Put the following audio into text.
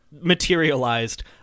materialized